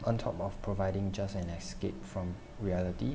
on top of providing just an escape from reality